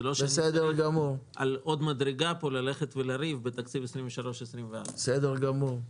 זה לא שנצטרך לריב פה על עוד מדרגה בתקציב 23-24. בסדר גמור.